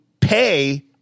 pay